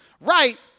right